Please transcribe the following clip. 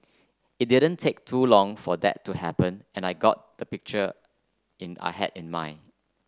it didn't take too long for that to happen and I got the picture in I had in mind